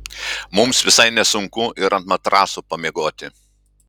mums visai nesunku ir ant matraso pamiegoti